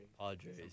Padres